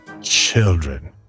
Children